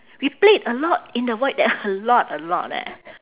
we played a lot in the void deck a lot a lot leh